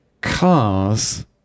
cars